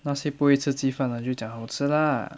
那些不会吃鸡饭的就讲好吃 lah